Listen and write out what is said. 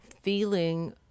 feeling